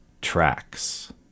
tracks